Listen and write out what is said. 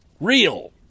real